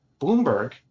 Bloomberg